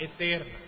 eterna